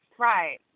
Right